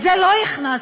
את זה לא הכנסנו,